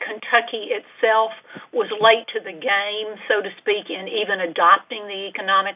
kentucky itself was a light to the game so to speak and even adopting the economic